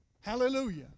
Hallelujah